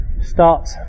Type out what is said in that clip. start